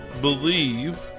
believe